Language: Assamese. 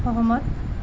সহমত